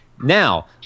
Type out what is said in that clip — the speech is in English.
now